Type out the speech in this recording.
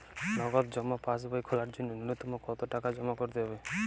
নগদ জমা পাসবই খোলার জন্য নূন্যতম কতো টাকা জমা করতে হবে?